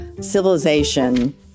Civilization